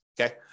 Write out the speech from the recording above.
okay